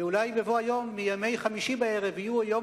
ואולי בבוא היום יום חמישי בערב יהיה יום